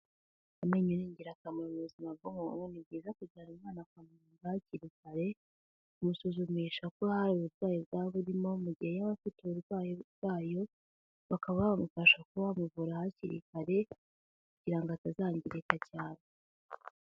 Amenyo ni ingirakamaro mu buzima bw'umuntu. Ni byiza kujyana umwana kwa muganga hakiri kare, kumusuzumisha ko hari uburwayi bwa burimo mu gihe yaba afite uburwayi bwayo bakaba bamufasha kuba bamuvura hakiri kare kugira atazangirika cyane.